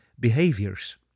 behaviors